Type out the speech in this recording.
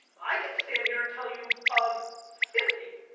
i can stand here and tell you of fifty,